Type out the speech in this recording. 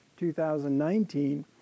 2019